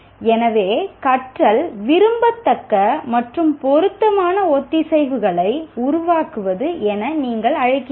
எனவே கற்றல் விரும்பத்தக்க மற்றும் பொருத்தமான ஒத்திசைவுகளை உருவாக்குவது என நீங்கள் அழைக்கிறீர்கள்